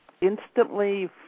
instantly